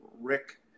Rick